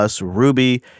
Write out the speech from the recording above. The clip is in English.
Ruby